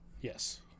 yes